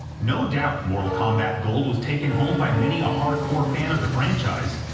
no doubt mortal kombat gold was taken home by many a hardcore fan of the franchise,